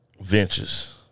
ventures